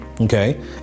Okay